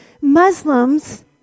Muslims